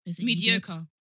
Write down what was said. Mediocre